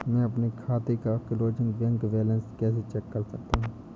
मैं अपने खाते का क्लोजिंग बैंक बैलेंस कैसे चेक कर सकता हूँ?